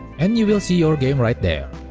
and you will see your game right there.